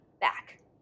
back